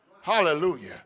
Hallelujah